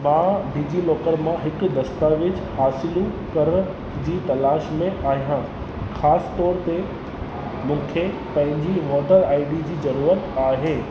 मां डीजीलॉकर मां हिकु दस्तावेज हासिलु करण जी तलाश में आहियां ख़ासि तौरु ते मूंखे पंहिंजी वोटर आई डी जी जरुरत आहे